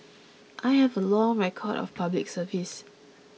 I have a long record of Public Service